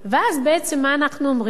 ואז בעצם מה אנחנו אומרים?